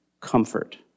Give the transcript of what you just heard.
comfort